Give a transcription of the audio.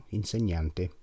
insegnante